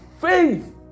faith